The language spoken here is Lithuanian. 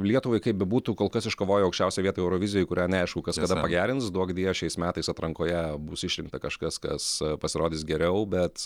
lietuvai kaip bebūtų kol kas iškovojo aukščiausią vietą eurovizijoj kurią neaišku kas kada pagerins duokdie šiais metais atrankoje bus išrinkta kažkas kas pasirodys geriau bet